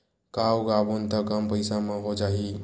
का उगाबोन त कम पईसा म हो जाही?